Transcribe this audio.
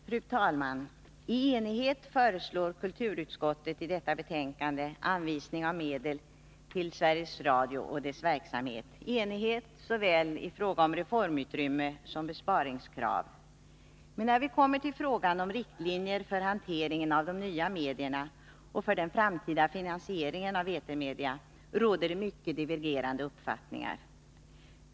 Fru talman! I enighet föreslår kulturutskottet i detta betänkande anvisning av medel till Sveriges Radio och dess verksamhet — enighet om såväl reformutrymme som besparingskrav. Men när vi kommer till frågan om riktlinjer för hanteringen av nya medier och för den framtida finansieringen av etermedier, råder det mycket divergerande uppfattningar.